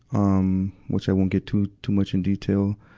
um, which i won't get too, too much in detail.